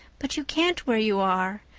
but you can't where you are.